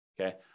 Okay